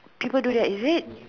people do that is it